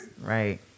Right